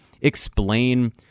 explain